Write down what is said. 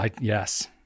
yes